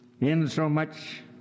insomuch